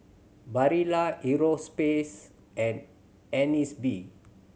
Barilla Europace and Agnes B